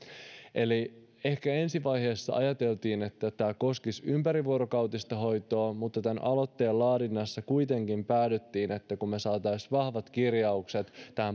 ehkä ensivaiheessa ajateltiin että tämä koskisi ympärivuorokautista hoitoa mutta tämän aloitteen laadinnassa kuitenkin päädyttiin siihen että kun me saisimme vahvat kirjaukset